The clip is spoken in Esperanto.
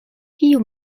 kiu